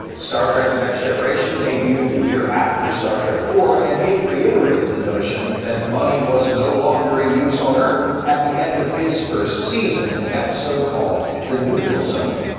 star trek the next generation debuted the year after star trek iv, and it reiterated the notion that money was no longer in use on earth at the end of its first season, in an episode called the neutral zone.